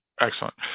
Excellent